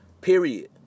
Period